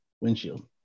windshield